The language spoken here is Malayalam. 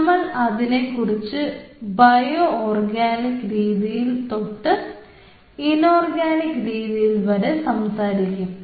നമ്മൾ അതിനെ കുറിച്ച് ബയോഓർഗാനിക് രീതിയിൽ തൊട്ട് ഇനോർഗാനിക് രീതിയിൽ വരെ സംസാരിക്കും